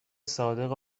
صادق